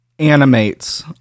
animates